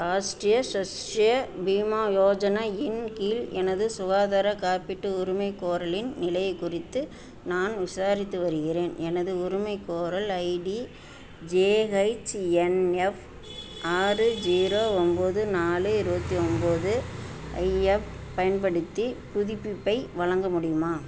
ராஷ்டிரிய ஸ்வஸ்டிரிய பீமா யோஜனா இன் கீழ் எனது சுகாதார காப்பீட்டு உரிமைக்கோரலின் நிலையை குறித்து நான் விசாரித்து வருகிறேன் எனது உரிமைக்கோரல் ஐடி ஜேஹச்என்எஃப் ஆறு ஜீரோ ஒம்பது நாலு இருபத்தி ஒம்பது ஐயப் பயன்படுத்தி புதுப்பிப்பை வழங்க முடியுமா